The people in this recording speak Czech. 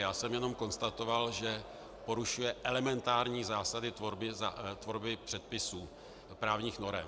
Já jsem jen konstatoval, že porušuje elementární zásady tvorby předpisů a právních norem.